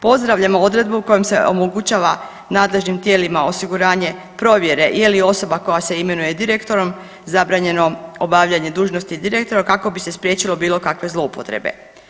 Pozdravljamo odredbu kojom se omogućava nadležnim tijelima osiguranje provjere je li osoba koja se imenuje direktorom zabranjeno obavljanje dužnosti direktora kako bi se spriječile bilo kakve zloupotrebe.